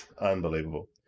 Unbelievable